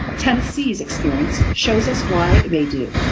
tennessee's experience shows us why they do.